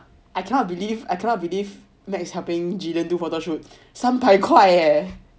I cannot believe I cannot believe that is helping gillian do photo shoot 三百块 leh